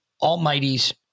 Almighty's